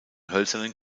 hölzernen